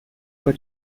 quoi